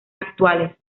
actuales